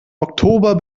oktober